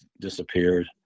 disappeared